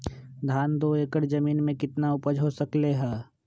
धान दो एकर जमीन में कितना उपज हो सकलेय ह?